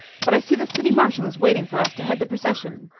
but i see the city marshal is waiting for us to head the procession.